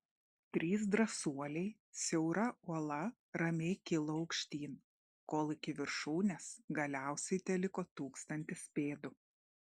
trys drąsuoliai siaura uola ramiai kilo aukštyn kol iki viršūnės galiausiai teliko tūkstantis pėdų